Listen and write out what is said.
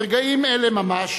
ברגעים אלה ממש